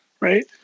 right